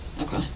okay